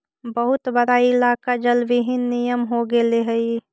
बहुत बड़ा इलाका जलविहीन नियन हो गेले हई